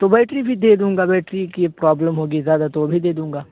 تو بیٹری بھی دے دوں گا بیٹری کی پرابلم ہوگی زیادہ تو وہ بھی دے دوں گا